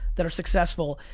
that are successful,